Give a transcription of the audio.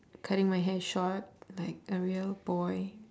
cutting my hair short like a real boy